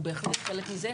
הוא בהחלט חלק מזה,